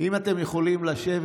אם אתם יכולים לשבת,